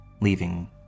leaving